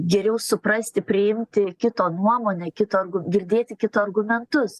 geriau suprasti priimti kito nuomonę kito argu girdėti kito argumentus